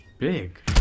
Big